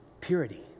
purity